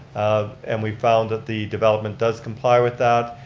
um and we found that the development does comply with that.